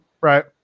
right